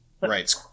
Right